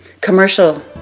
commercial